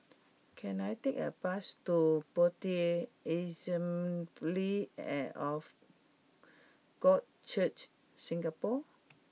can I take a bus to Bethel Assembly of God Church Singapore